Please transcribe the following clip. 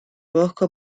bosco